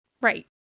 Right